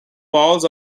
balls